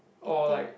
or like